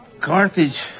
Carthage